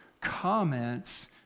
comments